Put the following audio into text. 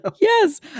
Yes